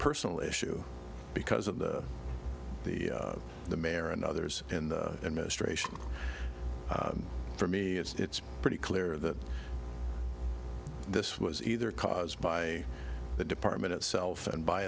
personal issue because of the the mayor and others in the administration for me it's pretty clear that this was either caused by the department itself and by